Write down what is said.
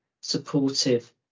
supportive